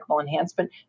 enhancement